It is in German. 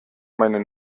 meine